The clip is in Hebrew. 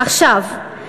עכשיו,